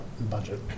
Budget